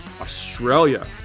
Australia